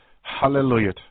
hallelujah